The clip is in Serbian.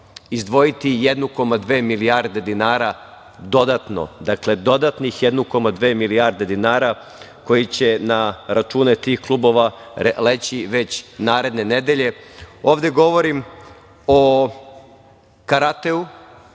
izdvojiti 1,2 milijarde dinara dodatno, dakle, dodatnih 1,2 milijarde dinara koji će na račune tih klubova leći već naredne nedelje. Ovde govorim o karateu,